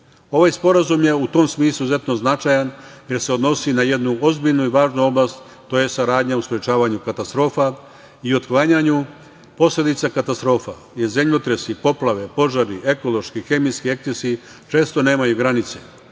sporazum je u tom smislu izuzetno značajan jer se odnosi na jednu ozbiljnu i važnu oblast, to je saradnja u sprečavanju katastrofa i otklanjanju posledica katastrofa. Zemljotresi i poplave, požari, ekološki, hemijski ekscesi često nemaju granice,